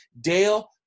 Dale